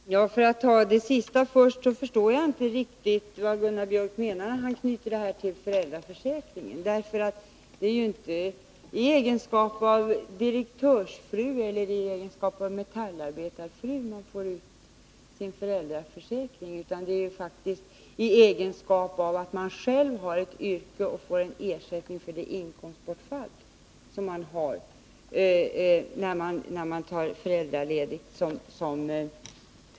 Herr talman! För att ta det sista först förstår jag inte riktigt vad Gunnar Björk i Gävle menar när han knyter detta till föräldraförsäkringen. Det är inte i egenskap av direktörsfru eller metallarbetarfru som man får ut sin föräldraförsäkring utan därför att man själv har ett yrke och får en ersättning för det inkomstbortfall som uppstår då man tar föräldraledigt.